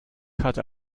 hatte